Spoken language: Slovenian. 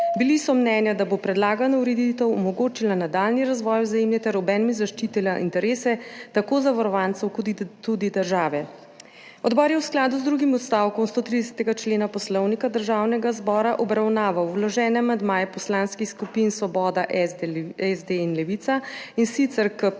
Bili so mnenja, da bo predlagana ureditev omogočila nadaljnji razvoj Vzajemne ter obenem zaščitila interese tako zavarovancev kot tudi države. Odbor je v skladu z drugim odstavkom 130. člena Poslovnika Državnega zbora obravnaval vložene amandmaje poslanskih skupin Svoboda, SD in Levica, in sicer k